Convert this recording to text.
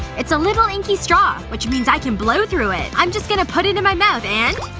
it's a little inky straw. which means i can blow through it i'm just going to put it in my mouth and,